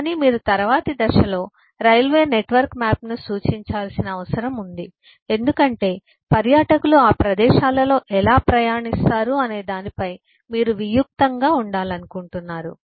కానీ మీరు తరువాతి దశలో రైల్వే నెట్వర్క్ మ్యాప్ను సూచించాల్సిన అవసరం ఉంది ఎందుకంటే పర్యాటకులు ఆ ప్రదేశాలలో ఎలా ప్రయాణిస్తారు అనే దానిపై మీరు వియుక్తంగా ఉండాలనుకుంటున్నారు